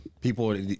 people